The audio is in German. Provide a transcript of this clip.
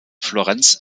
florenz